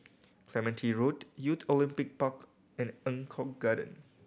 Clementi Road Youth Olympic Park and Eng Kong Garden